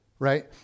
right